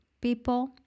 people